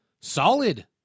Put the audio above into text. solid